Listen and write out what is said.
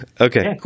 Okay